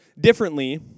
differently